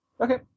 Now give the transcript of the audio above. Okay